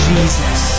Jesus